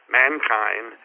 mankind